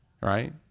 Right